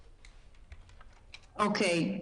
אוקיי.